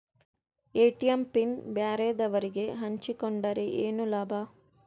ATM PIN ಬ್ಯಾರೆದವರಗೆ ಹಂಚಿಕೊಂಡರೆ ಏನು ಲಾಭ?